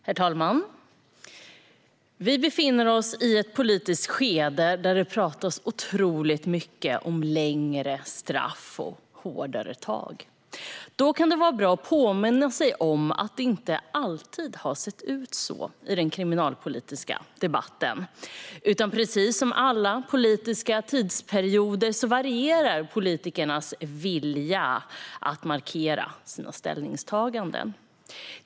Herr talman! Vi befinner oss i ett politiskt skede där det talas otroligt mycket om längre straff och hårdare tag. Då kan det vara bra att påminna sig om att det inte alltid har sett ut så i den kriminalpolitiska debatten. Precis som under alla politiska tidsperioder varierar politikernas vilja att markera sina ställningstaganden.